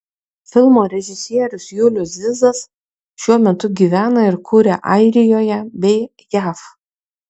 filmo režisierius julius zizas šiuo metu gyvena ir kuria airijoje bei jav